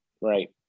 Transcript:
right